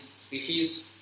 species